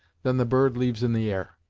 than the bird leaves in the air.